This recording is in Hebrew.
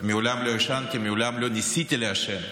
מעולם לא עישנתי ומעולם לא ניסיתי לעשן,